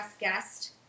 guest